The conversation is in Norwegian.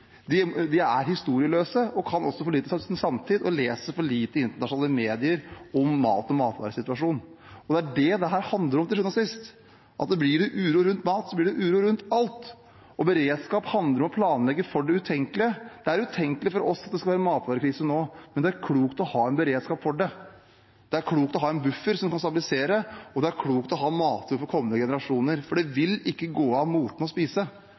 de er historieløse, kan for lite om sin samtid og leser for lite i internasjonale medier om mat og matvaresituasjonen. Det er det dette handler om til syvende og sist: Blir det uro rundt mat, blir det uro rundt alt. Beredskap handler om å planlegge for det utenkelige. Det er utenkelig for oss at det skal bli matvarekrise nå, men det er klokt å ha en beredskap for det. Det er klokt å ha en buffer som kan stabilisere, og det er klokt å ha matjord til kommende generasjoner, for det vil ikke gå av moten å spise.